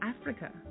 Africa